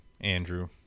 Andrew